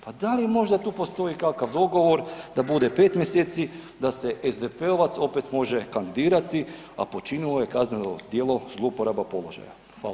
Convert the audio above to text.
Pa da li možda tu postoji kakav dogovor da bude 5 mj., da se SDP-ovac opet može kandidirati a počinio je kazneno djelo zlouporaba položaja?